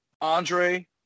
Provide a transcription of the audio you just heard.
andre